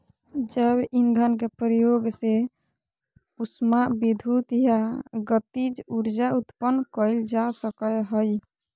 जैव ईंधन के प्रयोग से उष्मा विद्युत या गतिज ऊर्जा उत्पन्न कइल जा सकय हइ